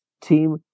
team